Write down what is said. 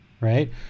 right